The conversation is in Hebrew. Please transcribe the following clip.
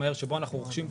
בו אנחנו רוכשים פרויקטים,